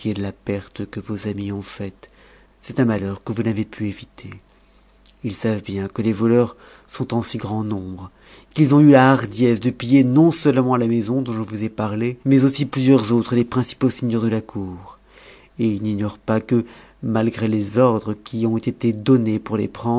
de la perte que vos amis ont faite c'est un malheur que vous n'avez pu éviter us savent bien due les voleurs sont en si grand nombre qu'ils ont eu la hardiesse de ni er non-seulement la maison dont je vous ai parlé mais même plusieurs autres des principaux seigneurs de la cour et ils n'ignorent pas que matgré les ordres qui ont été donnés pour les